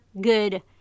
good